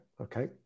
Okay